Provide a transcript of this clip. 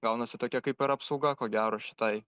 gaunasi tokia kaip ir apsauga ko gero šitai